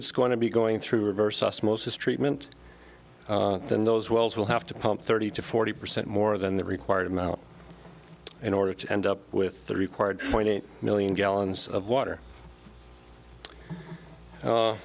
it's going to be going through reverse osmosis treatment than those wells will have to pump thirty to forty percent more than the required amount in order to end up with the required point eight million gallons of water